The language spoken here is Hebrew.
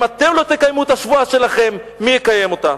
אם אתם לא תקיימו את השבועה שלכם, מי יקיים אותה?